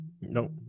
Nope